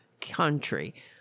country